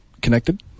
connected